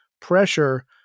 pressure